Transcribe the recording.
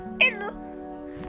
Hello